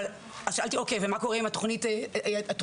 אז שאלתי מה קורה עם התוכנית הדחופה,